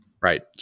Right